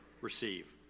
receive